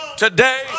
today